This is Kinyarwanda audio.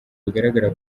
bigaragara